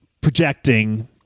projecting